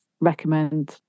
recommend